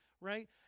right